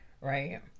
right